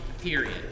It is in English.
period